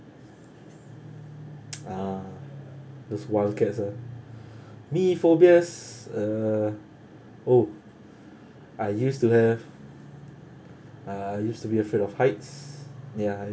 ah those wildcats ah me phobias uh oh I used to have uh I used to be afraid of heights ya I